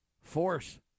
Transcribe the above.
force